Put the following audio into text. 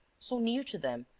so near to them,